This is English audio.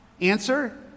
Answer